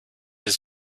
his